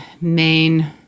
main